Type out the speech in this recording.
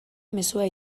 mezua